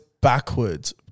backwards